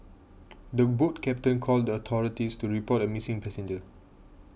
the boat captain called the authorities to report a missing passenger